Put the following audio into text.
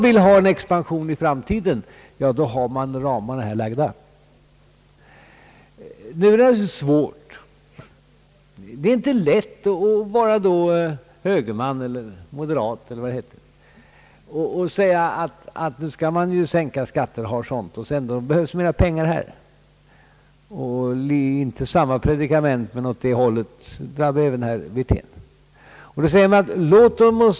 För en expansion i framtiden är därför ramarna redan lagda. Det är inte lätt att tillhöra det moderata samlingspartiet med åsikter om att skatterna skall sänkas och samtidigt anse att det behövs mer pengar på detta område. Herr Wirtén framförde inte samma predikament, men det var någonting åt det hållet.